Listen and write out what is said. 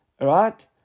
right